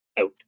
Out